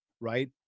right